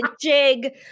jig